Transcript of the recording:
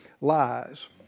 lies